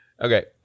okay